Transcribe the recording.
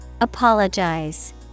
Apologize